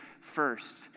first